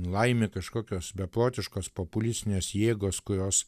laimė kažkokios beprotiškos populistinės jėgos kurios